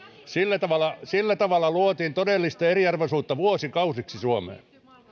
sillä tavalla sillä tavalla luotiin todellista eriarvoisuutta vuosikausiksi suomeen